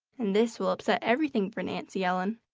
and this will upset everything for nancy ellen.